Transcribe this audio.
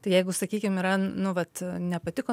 tai jeigu sakykim yra nu vat nepatiko